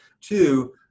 two